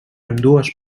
ambdues